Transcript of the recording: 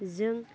जों